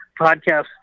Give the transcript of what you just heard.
podcast